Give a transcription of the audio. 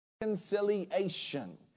reconciliation